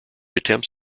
attempts